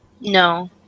No